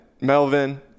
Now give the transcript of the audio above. Melvin